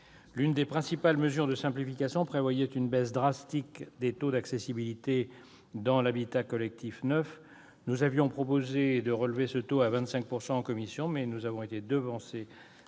L'une des principales mesures de simplification prévoyait une baisse drastique des taux d'accessibilité dans l'habitat collectif neuf. Nous avions proposé de relever ce taux à 25 % en commission, mais avons été devancés